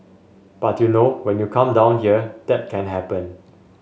but you know when you come down here that can happen